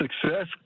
success